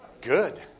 good